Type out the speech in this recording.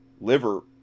liver